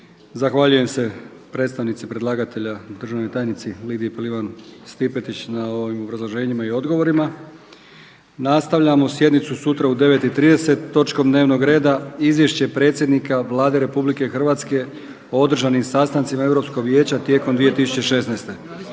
Zahvaljujem se predstavnici predlagatelja državnoj tajnici Lidiji Pelivan Stipetić na ovim obrazloženjima i odgovorima. Nastavljamo sjednicu sutra u 9,30 točkom dnevnog reda Izvješće predsjednika Vlade RH o održanim sastancima Europskog vijeća tijekom 2016.